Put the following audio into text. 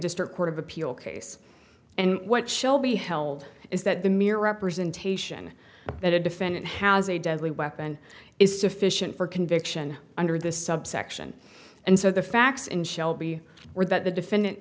district court of appeal case and what shall be held is that the mere representation that a defendant has a deadly weapon is sufficient for a conviction under this subsection and so the facts in shelby were that the defendant